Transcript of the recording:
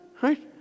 right